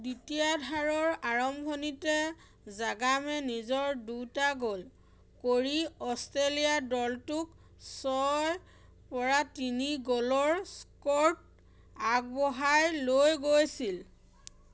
দ্বিতীয়াৰ্ধৰ আৰম্ভণিতে জাগামে নিজৰ দুটা গ'ল কৰি অষ্ট্ৰেলিয়া দলটোক ছয় পৰা তিনি গ'লৰ স্ক'ৰত আগবঢ়াই লৈ গৈছিল